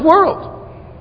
world